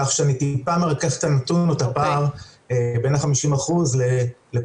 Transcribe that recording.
כך שאני טיפה מרכך את הנתון או את הפער בין ה-50% לפחות.